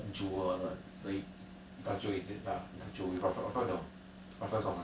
jewel 的 the it~ Itacho is it ya Itacho with alfredo